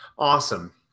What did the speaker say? Awesome